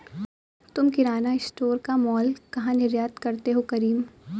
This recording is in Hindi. तुम किराना स्टोर का मॉल कहा निर्यात करते हो करीम?